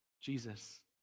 jesus